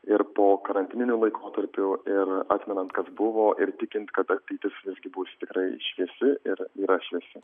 ir po karantininiu laikotarpiu ir atmenant kas buvo ir tikint kad ateitis visgi bus tikrai šviesi ir yra šviesi